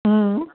हु